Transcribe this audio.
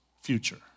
future